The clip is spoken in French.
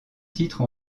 titre